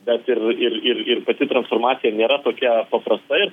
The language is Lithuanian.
bet ir ir ir ir pati transformacija nėra tokia paprasta ir